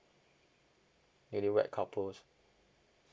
newly wed couples